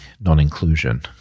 non-inclusion